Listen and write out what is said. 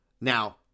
Now